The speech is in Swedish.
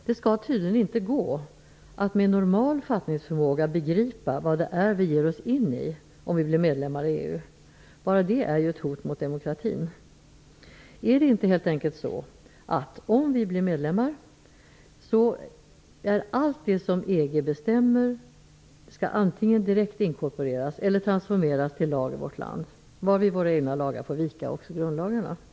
Det skall tydligen inte gå att med normal fattningsförmåga begripa vad det är vi ger oss in i om vi blir medlemmar i EU. Bara det är ju ett hot mot demokratin! Är det inte helt enkelt så, att om vi blir medlemmar så skall allt det som EG bestämmer antingen direkt inkorporeras eller transformeras till lag i vårt land, varvid våra egna lagar, och också grundlagarna får vika.